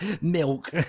milk